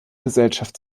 gesellschaft